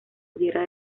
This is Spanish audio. pudiera